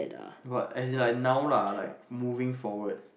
about as in like now lah like moving forward